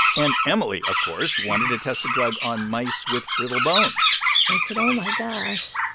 and emily, of course, wanted to test the drug on mice with brittle bones i said oh, my gosh,